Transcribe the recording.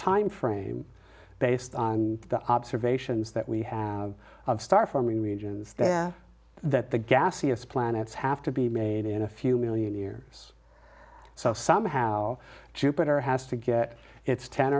time frame based on the observations that we have of star forming regions that the gaseous planets have to be made in a few million years so somehow jupiter has to get its ten